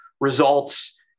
results